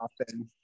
often